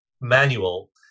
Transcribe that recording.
manual